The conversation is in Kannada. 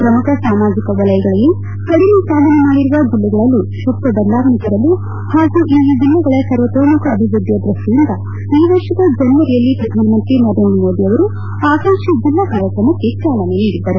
ಪ್ರಮುಖ ಸಾಮಾಜಿಕ ವಲಯಗಳಲ್ಲಿ ಕಡಿಮೆ ಸಾಧನೆ ಮಾಡಿರುವ ಜಿಲ್ಲೆಗಳಲ್ಲಿ ಕ್ಷಿಪ್ರ ಬದಲಾವಣೆ ತರಲು ಪಾಗೂ ಈ ಜಿಲ್ಲೆಗಳ ಸರ್ವತೋಮುಖ ಅಭಿವೃದ್ಧಿ ದೃಷ್ಟಿಯಿಂದ ಈ ವರ್ಷದ ಜನವರಿಯಲ್ಲಿ ಪ್ರಧಾನಮಂತ್ರಿ ನರೇಂದ್ರ ಮೋದಿ ಅವರು ಆಕಾಂಕ್ಷಿ ಜಿಲ್ಲಾ ಕಾರ್ಯಕ್ರಮಕ್ಕೆ ಚಾಲನೆ ನೀಡಿದ್ದರು